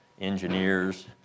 engineers